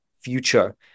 future